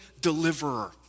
deliverer